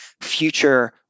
future